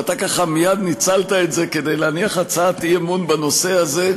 ואתה ככה מייד ניצלת את זה כדי להניח הצעת אי-אמון בנושא הזה,